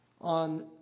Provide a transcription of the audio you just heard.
on